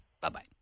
bye-bye